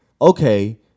okay